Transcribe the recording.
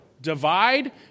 divide